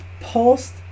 Pulsed